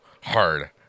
hard